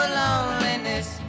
loneliness